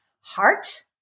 heart